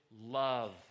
love